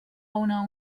una